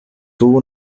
tuvo